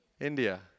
India